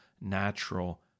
natural